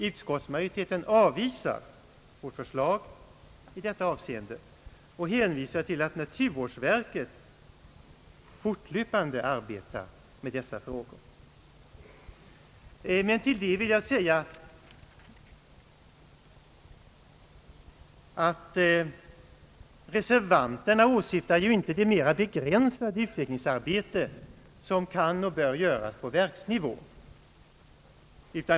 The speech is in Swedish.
Utskottsmajoriteten avvisar vårt förslag i detta avseende och hänvisar till att naturvårdsverket fortlöpande arbetar med dessa frågor. Men till det vill jag säga att reservanterna inte åsyftar det mera begränsade utvecklingsarbete som kan och bör göras på verksnivå.